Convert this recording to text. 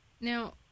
Now